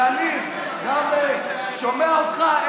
ואני גם שומע אותך,